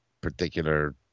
particular